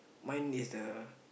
mine is the